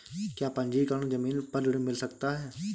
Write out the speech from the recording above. क्या पंजीकरण ज़मीन पर ऋण मिल सकता है?